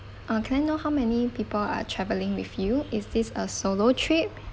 uh can I know how many people are travelling with you is this a solo trip